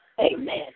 Amen